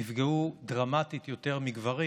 נפגעו דרמטית יותר מגברים,